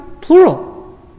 Plural